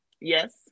Yes